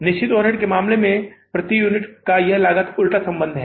निश्चित ओवरहेड के मामले में प्रति यूनिट यह लागत उलटा संबंध है